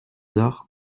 arts